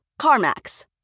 CarMax